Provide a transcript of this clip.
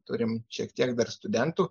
turim šiek tiek dar studentų